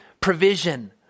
provision